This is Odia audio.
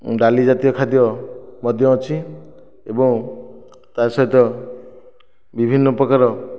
ଡାଲି ଜାତୀୟ ଖାଦ୍ୟ ମଧ୍ୟ ଅଛି ଏବଂ ତା ସହିତ ବିଭିନ୍ନ ପ୍ରକାରର